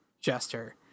Jester